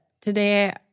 today